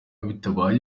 bitabaye